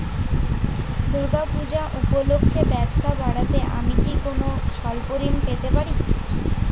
দূর্গা পূজা উপলক্ষে ব্যবসা বাড়াতে আমি কি কোনো স্বল্প ঋণ পেতে পারি?